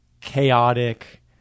chaotic